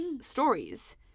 stories